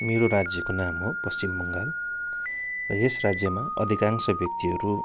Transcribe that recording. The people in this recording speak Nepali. मेरो राज्यको नाम हो पश्चिम बङ्गाल र यस राज्यमा अधिकांश व्यक्तिहरू